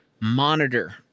monitor